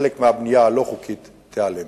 חלק מהבנייה הלא-חוקית ייעלם.